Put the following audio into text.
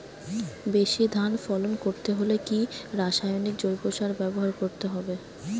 বেশি ধান ফলন করতে হলে কি রাসায়নিক জৈব সার ব্যবহার করতে হবে?